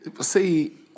See